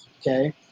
okay